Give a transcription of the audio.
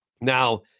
Now